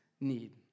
need